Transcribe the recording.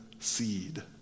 seed